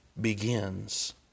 begins